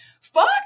fuck